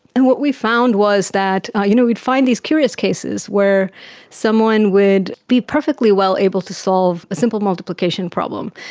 and what we found was that, you know, we'd find these curious cases where someone would be perfectly well able to solve a simple multiplication problem,